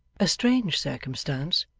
a strange circumstance,